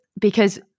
because-